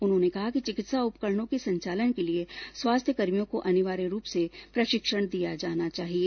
उन्होंने कहा कि चिकित्सा उपकरणों के संचालन के लिए स्वास्थ्य कर्मियों को अनिवार्य रूप से प्रशिक्षण दिया जाना चाहिए